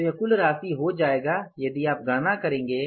तो यह कुल राशि हो जाएगा यदि आप गणना करेंगे